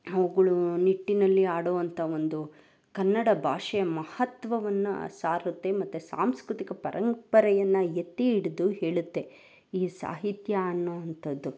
ಅವ್ಗಳ ನಿಟ್ಟಿನಲ್ಲಿ ಆಡುವಂಥ ಒಂದು ಕನ್ನಡ ಭಾಷೆಯ ಮಹತ್ವವನ್ನು ಸಾರುತ್ತೆ ಮತ್ತು ಸಾಂಸ್ಕೃತಿಕ ಪರಂಪರೆಯನ್ನು ಎತ್ತಿ ಹಿಡ್ದು ಹೇಳುತ್ತೆ ಈ ಸಾಹಿತ್ಯ ಅನ್ನುವಂಥದ್ದು